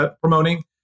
promoting